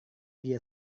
dia